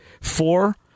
Four